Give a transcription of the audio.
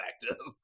effective